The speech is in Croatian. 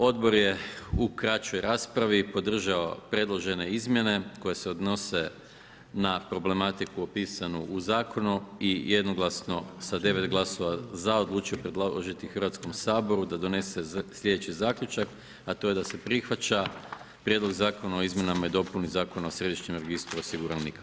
Odbor je u kraćoj raspravi podržao predložene izmjene koje se odnose na problematiku opisanu u zakonu i jednoglasno sa 9 glasova za odlučio predložiti Hrvatskom saboru da donese sljedeći zaključak, a to je da se prihvaća Prijedlog zakona o izmjenama i dopuni Zakona o središnjem registru osiguranika.